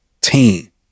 Team